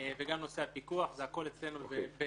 וגם נושא הפיקוח, הכול אצלנו.